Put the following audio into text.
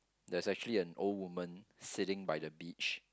there's actually an old woman sitting by the beach